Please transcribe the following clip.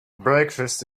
breakfast